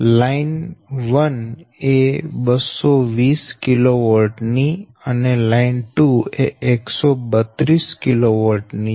line 1 એ 220 kV ની અને લાઈન 2 એ 132 kV ની છે